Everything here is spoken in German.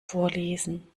vorlesen